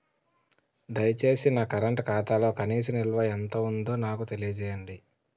దయచేసి నా కరెంట్ ఖాతాలో కనీస నిల్వ ఎంత ఉందో నాకు తెలియజేయండి